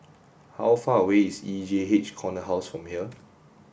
how far away is E J H Corner House from here